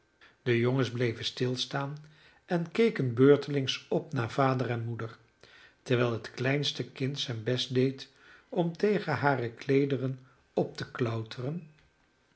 de jongens bleven stilstaan en keken beurtelings op naar vader en moeder terwijl het kleinste kind zijn best deed om tegen hare kleederen op te